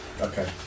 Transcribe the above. Okay